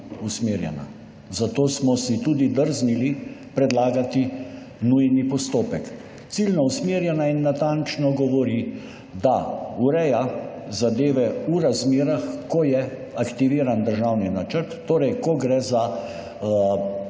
usmerjena. Zato smo si tudi drznili predlagati nujni postopek. Ciljno usmerjena in natančno govori, da ureja zadeve v razmerah, ko je aktiviran državni načrt, torej, ko gre za